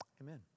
Amen